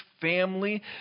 family